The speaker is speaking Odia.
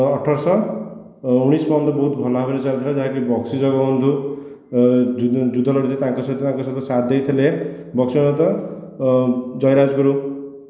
ଅଠରଶହ ଉଣେଇଶହ ପର୍ଯ୍ୟନ୍ତ ବହୁତ ଭଲ ଭାବରେ ଚାଲିଥିଲା ଯାହାକି ବକ୍ସି ଜଗବନ୍ଧୁ ଯୁଦ୍ଧ ଲଢ଼ି ତାଙ୍କ ସହିତ ତାଙ୍କ ସହିତ ସାଥ ଦେଇଥିଲେ ବକ୍ସିଙ୍କ ସହିତ ଜୟୀରାଜ ଗୁରୁ